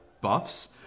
buffs